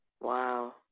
Wow